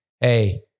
Hey